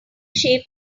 shape